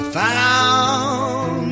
found